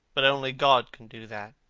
but only god can do that.